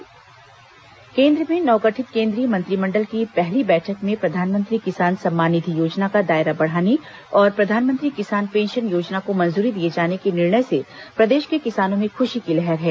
किसान सम्मान निधि पेंशन योजना केंद्र में नवगठित केंद्रीय मंत्रिमंडल की पहली बैठक में प्रधानमंत्री किसान सम्मान निधि योजना का दायरा बढ़ाने और प्रधानमंत्री किसान पेंशन योजना को मंजूरी दिए जाने के निर्णय से प्रदेश के किसानों में खुशी की लहर है